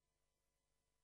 זה איום